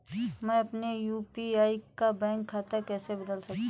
मैं अपने यू.पी.आई का बैंक खाता कैसे बदल सकता हूँ?